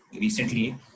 recently